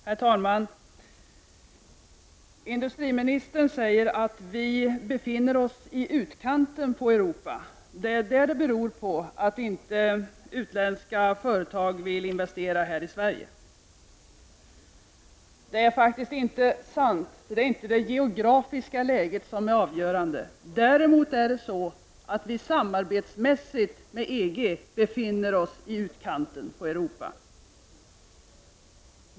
Herr talman! Industriministern säger att vi befinner oss i utkanten av Europa och att detta är anledningen till att utländska företag inte vill investera här i Sverige. Men detta är faktiskt inte sant. Det är inte det geografiska läget som är avgörande. Däremot är det så att vi när det gäller samarbete med EG befinner oss i utkanten av Europa.